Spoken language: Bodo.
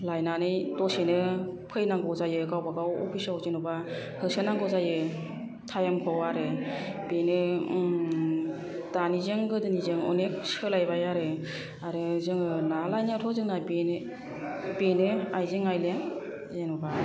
लायनानै दसेनो फैनांगौ जायो गावबा गाव अफिसाव जेन'बा होसोनांगौ जायो टाइम खौ आरो बेनो दानिजों गोदोनिजों अनेक सोलायबाय आरो जोङो ना लायनायाथ' बेनो बेनो आइजें आइलें